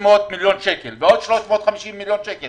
600 מיליון שקלים ועוד 350 מיליון שקלים